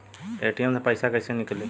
ATM से पैसा कैसे नीकली?